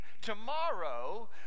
tomorrow